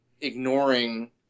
ignoring